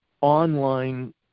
online